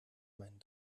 meinen